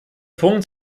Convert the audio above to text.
punkt